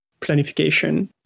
planification